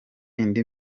indi